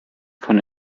von